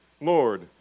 Lord